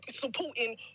supporting